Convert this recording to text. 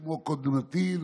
כמו קודמתי,